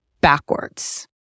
backwards